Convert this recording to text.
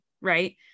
Right